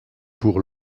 pour